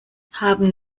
haben